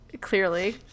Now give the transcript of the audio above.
clearly